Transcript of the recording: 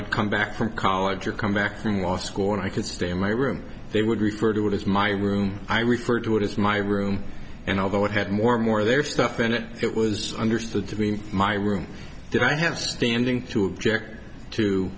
i'd come back from college or come back from law school and i could stay in my room they would refer to it as my room i refer to it as my room and although it had more more there stuff in it it was understood to be in my room that i have standing to object to